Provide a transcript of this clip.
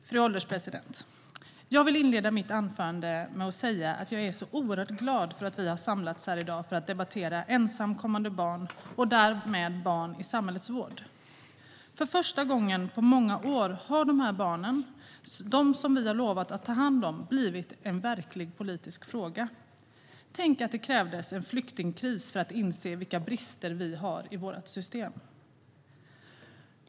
Fru ålderspresident! Jag vill inleda mitt anförande med att säga att jag är oerhört glad för att vi har samlats här i dag för att debattera ensamkommande barn och därmed barn i samhällets vård. För första gången på många år har de här barnen, de som vi har lovat att ta hand om, blivit en verklig politisk fråga. Tänk att det krävdes en flyktingkris för att inse vilka brister vi har i våra system.